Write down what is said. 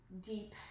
deep